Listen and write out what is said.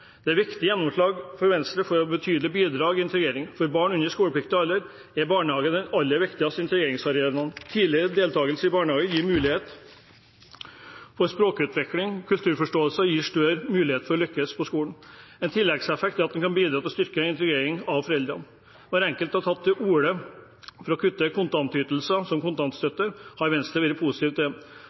Det er et viktig gjennomslag for Venstre og et betydelig bidrag i integreringen. For barn under skolepliktig alder er barnehage den aller viktigste integreringsarenaen. Tidlig deltakelse i barnehage gir mulighet for språkutvikling og kulturforståelse og større muligheter for å lykkes på skolen. En tilleggseffekt er at det kan bidra til å styrke integreringen av foreldrene. Når enkelte har tatt til orde for å kutte i kontantytelser som kontantstøtte, har Venstre vært positiv til det